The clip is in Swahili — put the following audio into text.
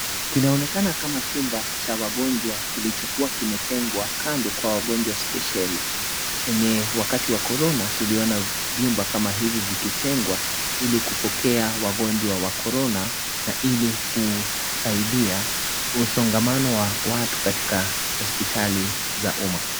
Kinaonekana kama chumba cha wagonjwa kilichokua kimetengwa kando kwa wagonjwa spesheli , kwenye wakati wa Corona tuliona vyumba kama hivi vikitengwa ilikupokea wagonjwa wa Corona na ili kusaidia msongamano wa watu katika hospitali za uma.